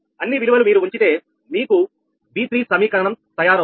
అన్ని విలువలు మీరు ఉంచితే మీకు V3 సమీకరణం తయారవుతుంది